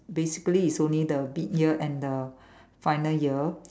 basically it's only the mid year and the final year